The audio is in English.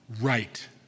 Right